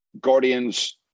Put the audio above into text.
Guardians